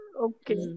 Okay